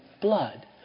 blood